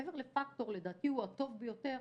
מעבר לפקטור, ולדעתי הוא הטוב ביותר,